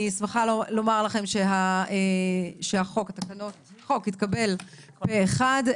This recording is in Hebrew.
0 הצעת החוק אושרה אני שמחה לומר לכם שהחוק התקבל פה אחד,